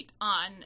on